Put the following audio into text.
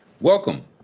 Welcome